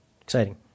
Exciting